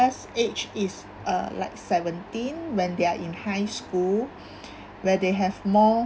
best age is uh like seventeen when they are in high school where they have more